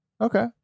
okay